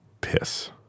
Piss